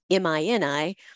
mini